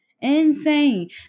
Insane